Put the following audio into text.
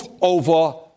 over